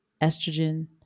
estrogen